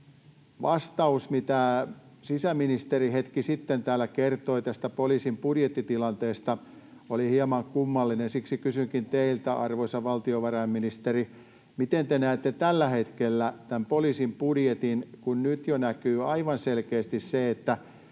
Vastaus, minkä sisäministeri hetki sitten täällä kertoi poliisin budjettitilanteesta, oli hieman kummallinen. Siksi kysynkin teiltä, arvoisa valtiovarainministeri: miten te näette tällä hetkellä poliisin budjetin, kun nyt jo näkyy aivan selkeästi, että